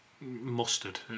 mustard